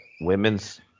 women's